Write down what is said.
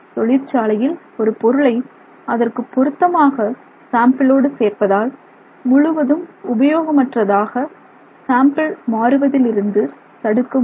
தொழிற்சாலையில் ஒரு பொருளை அதற்குப் பொருத்தமாக சாம்பிளோடு சேர்ப்பதால் முழுவதுமாக உபயோகமற்றதாக சாம்பிள் மாறுவதில் இருந்து தடுக்க முடியும்